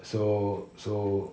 so so